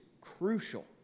crucial